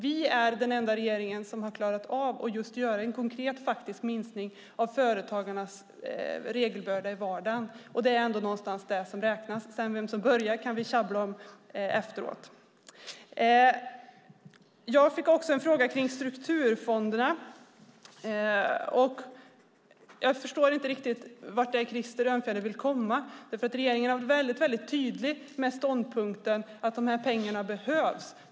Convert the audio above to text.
Vi är den enda regeringen som har klarat av att göra en konkret faktisk minskning av företagarnas regelbörda i vardagen. Det är ändå det som räknas. Vem som började kan vi tjabbla om efteråt. Jag fick också en fråga om strukturfonderna. Jag förstår inte riktigt vart Krister Örnfjäder vill gå. Regeringen har varit tydlig med ståndpunkten att pengarna behövs.